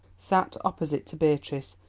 sat opposite to beatrice,